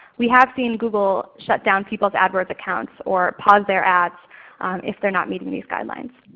we have seen google shut down people's adwords accounts or pause their ads if they're not meeting these guidelines.